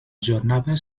jornada